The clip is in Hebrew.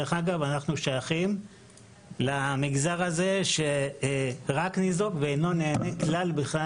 אנחנו שייכים למגזר שרק ניזוק ואינו נהנה כלל וכלל